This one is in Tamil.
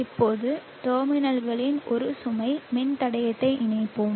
இப்போது டெர்மினல்களில் ஒரு சுமை மின்தடையத்தை இணைப்போம்